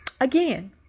Again